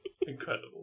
Incredible